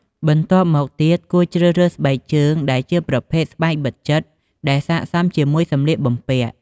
បន្ទាប់មកទៀតគួរជ្រើសរើសស្បែកជើងដែលជាប្រភេទស្បែកបិទជិតដែលស័ក្តិសមជាមួយសម្លៀកបំពាក់។